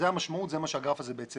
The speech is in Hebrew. זאת המשמעות וזה מה שהגרף הזה מציג.